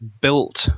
built